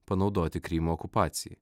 panaudoti krymo okupacijai